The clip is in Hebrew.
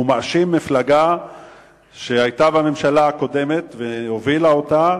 מאשים מפלגה שהיתה בממשלה הקודמת והובילה אותה,